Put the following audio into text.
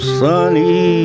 sunny